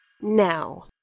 now